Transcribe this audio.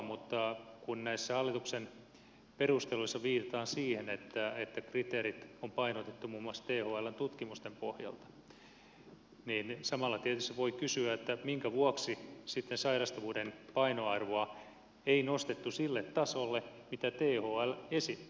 mutta kun näissä hallituksen perusteluissa viitataan siihen että kriteerit on painotettu muun muassa thln tutkimusten pohjalta niin samalla tietysti voi kysyä minkä vuoksi sitten sairastavuuden painoarvoa ei nostettu sille tasolle mitä thl esittää